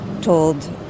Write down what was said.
told